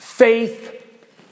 Faith